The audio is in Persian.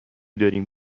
داریم